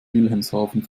wilhelmshaven